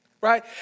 right